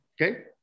okay